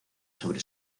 sobre